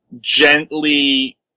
gently